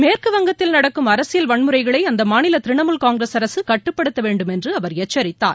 மேற்குவங்கத்தில் நடக்கும் அரசியல் வன்முறைகளை அந்த மாநில திரிணாமுல் காங்கிரஸ் அரசு கட்டுப்படுத்த வேண்டும் என்று அவர் எச்சித்தார்